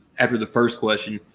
after the first question.